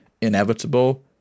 inevitable